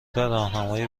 راهنمای